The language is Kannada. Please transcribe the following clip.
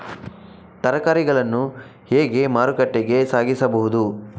ತರಕಾರಿಗಳನ್ನು ಹೇಗೆ ಮಾರುಕಟ್ಟೆಗೆ ಸಾಗಿಸಬಹುದು?